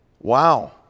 Wow